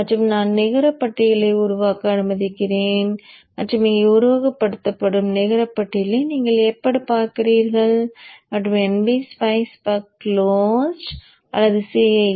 மற்றும் நான் நிகர பட்டியலை உருவாக்க அனுமதிக்கிறேன் மற்றும் இங்கே உருவாக்கப்படும் நிகர பட்டியலை நீங்கள் எப்படி பார்க்கிறீர்கள் மற்றும் ngSpice பக் closed அல்லது cir